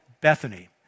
Bethany